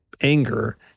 anger